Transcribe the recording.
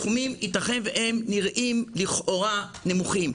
ייתכן והסכומים נראים לכאורה נמוכים,